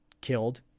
killed